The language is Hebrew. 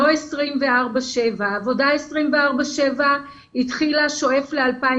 לא 24/7. עבודה 24/7 התחילה שואף ל-2019.